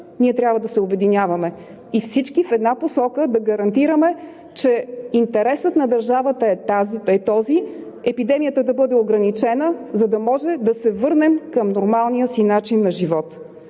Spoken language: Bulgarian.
ние трябва да се обединяваме и всички в една посока да гарантираме, че интересът на държавата е този – епидемията да бъде ограничена, за да може да се върнем към нормалния си начин на живот.